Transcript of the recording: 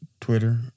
Twitter